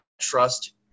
trust